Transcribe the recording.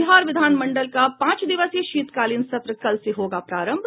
बिहार विधान मंडल का पांच दिवसीय शीतकालीन सत्र कल से होगा प्रारंभ